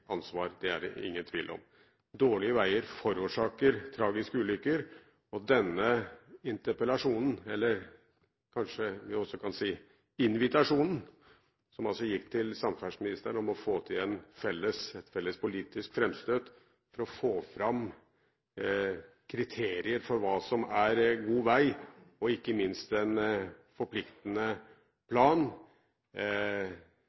ansvar, det er det ingen tvil om. Dårlige veier forårsaker tragiske ulykker, og denne interpellasjonen – eller kanskje vi kan si invitasjonen – gikk til samferdselsministeren om å få til et felles politisk framstøt for å få fram kriterier for hva som er god vei, og ikke minst en forpliktende